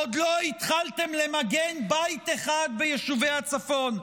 עוד לא התחלתם למגן בית אחד ביישובי הצפון.